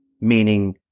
meaning